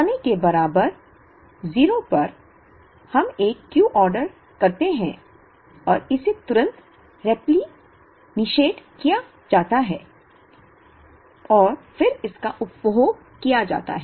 समय के बराबर 0 पर हम एक Q ऑर्डर करते हैं और इसे तुरंत रिप्लेनिश्ड किया जाता है और फिर इसका उपभोग किया जाता है